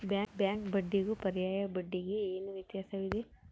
Bank ಬಡ್ಡಿಗೂ ಪರ್ಯಾಯ ಬಡ್ಡಿಗೆ ಏನು ವ್ಯತ್ಯಾಸವಿದೆ?